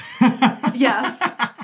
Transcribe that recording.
yes